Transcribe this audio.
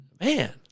Man